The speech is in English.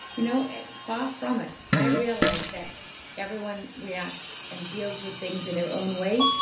you know and far from it. i realize that everyone reacts and deals with things in their own way,